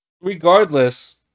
regardless